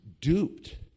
duped